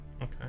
okay